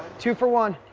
two for one.